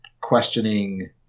questioning